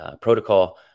protocol